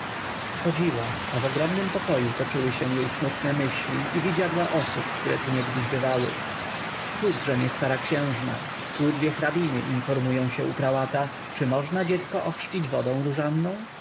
chodziła a w ogromnym pokoju tłoczyły się jej smutne myśli i widziadła osób które tu kiedyś bywały tu drzemie stara księżna tu dwie hrabiny informują się u prałata czy można dziecko ochrzcić wodą różanną